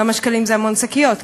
כמה שקלים זה המון שקיות,